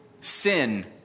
sin